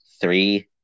three